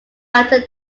outer